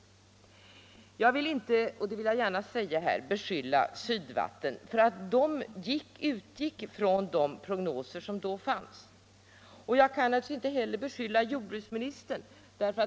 Jag vill inte klandra Sydvatten — det vill jag gärna säga här — för att bolaget utgick från de prognoser som då fanns, och jag kan naturligtvis inte heller klandra jordbruksministern härför.